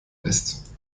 west